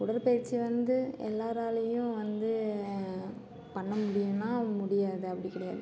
உடற்பயிற்சி வந்து எல்லலோராலையும் வந்து பண்ண முடியும்னா அது முடியாது அப்படி கிடையாது